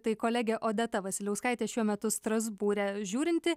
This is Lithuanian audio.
tai kolegė odeta vasiliauskaitė šiuo metu strasbūre žiūrinti